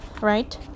right